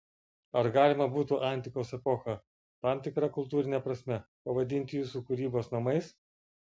ar galima būtų antikos epochą tam tikra kultūrine prasme pavadinti jūsų kūrybos namais